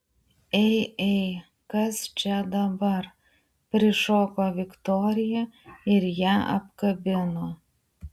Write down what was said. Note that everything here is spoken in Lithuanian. ei ei kas čia dabar prišoko viktorija ir ją apkabino